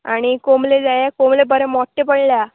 आनी कोंबले जाये कोंबले बरे मोट्टे पडल्या